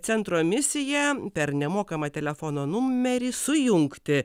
centro misija per nemokamą telefono numerį sujungti